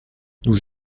nous